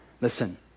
listen